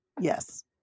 Yes